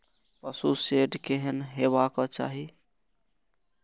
पशु शेड केहन हेबाक चाही?